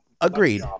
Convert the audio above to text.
Agreed